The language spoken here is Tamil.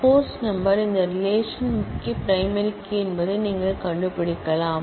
கோர்ஸ் நம்பர் இந்த ரிலேஷன் முக்கிய பிரைமரி கீ என்பதை நீங்கள் கண்டுபிடிக்கலாம்